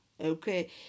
okay